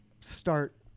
start